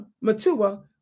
Matua